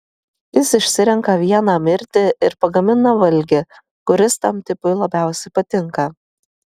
jis išsirenka vieną mirti ir pagamina valgį kuris tam tipui labiausiai patinka